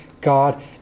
God